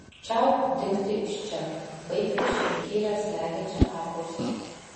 čiau dingti iš čia baigti šią įkyrią slegiančią apklausą